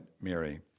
Mary